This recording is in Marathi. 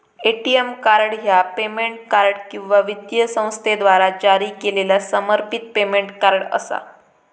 ए.टी.एम कार्ड ह्या पेमेंट कार्ड किंवा वित्तीय संस्थेद्वारा जारी केलेला समर्पित पेमेंट कार्ड असा